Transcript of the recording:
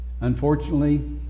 Unfortunately